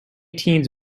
teens